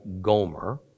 Gomer